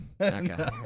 Okay